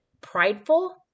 prideful